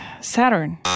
Saturn